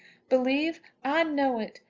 believe! i know it.